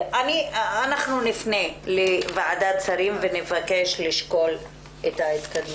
נפנה לוועדת שרים ונבקש לשקול את ההתקדמות.